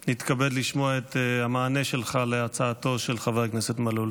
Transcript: נתכבד לשמוע את המענה שלך על הצעתו של חבר הכנסת מלול.